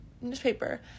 newspaper